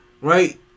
right